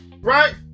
right